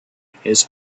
his